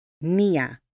Nia